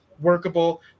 workable